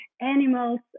animals